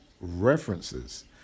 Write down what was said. references